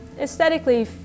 Aesthetically